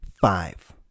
five